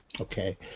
Okay